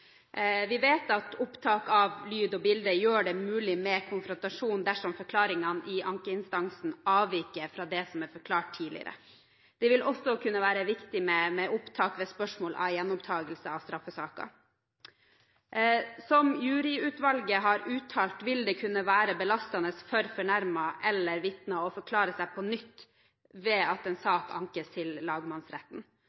Vi vet at opptak av lyd og bilde gjør det mulig med konfrontasjon dersom forklaringene i ankeinstansen avviker fra det som er forklart tidligere. Det vil også kunne være viktig med opptak ved spørsmål om gjenopptakelse av straffesaker. Som juryutvalget har uttalt, vil det kunne være belastende for fornærmede eller vitner å forklare seg på nytt ved at en